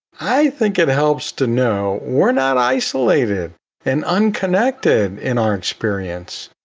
i think it helps to know we're not isolated and unconnected in our experience.